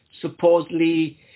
supposedly